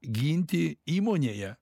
ginti įmonėje